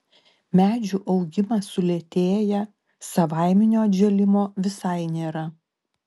medžių augimas sulėtėja savaiminio atžėlimo visai nėra